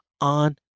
on